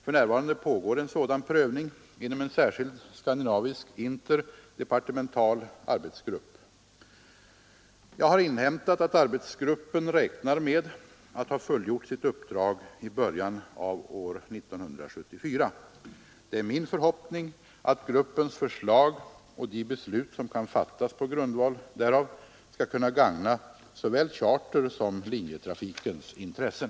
För närvarande pågår en sådan prövning inom en särskild skandinavisk interdepartemental arbetsgrupp. Jag har inhämtat att arbetsgruppen räknar med att ha fullgjort sitt uppdrag i början av år 1974. Det är min förhoppning att gruppens förslag och de beslut som kan fattas på grundval därav skall kunna gagna såväl chartersom linjetrafikens intressen.